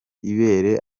ibere